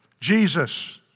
Jesus